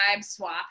swap